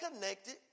connected